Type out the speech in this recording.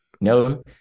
No